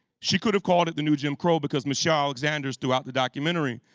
she could have called it the new jim crow because michelle alexander's throughout the documentary.